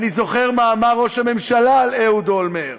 אני זוכר מה אמר ראש הממשלה על אהוד אולמרט.